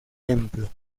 templo